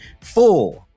four